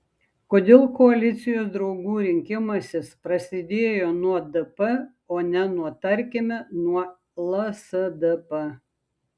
kodėl koalicijos draugų rinkimasis prasidėjo nuo dp o ne nuo tarkime nuo lsdp